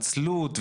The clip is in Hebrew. וההתנצלות,